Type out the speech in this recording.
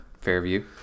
Fairview